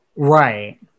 Right